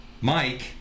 Mike